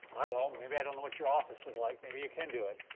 i don't know, maybe i don't know what your office is like. maybe you can do it.